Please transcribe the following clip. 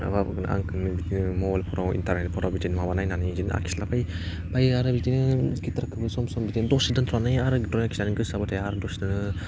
मालाबा आं बिदिनो मबाइलफ्राव इन्टारनेटफ्राव बिदिनो माबा नायनानै बिदिनो आखिलाबायो आमफ्राइ आरो बिदिनो गिटारखौबो सम सम बिदिनो दसे दोन्थनानै आरो ड्रइं आखिनो गोसो जाबाथाय आरो बिदिनो